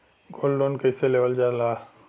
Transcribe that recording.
Gold loan कईसे लेवल जा ला?